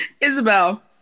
Isabel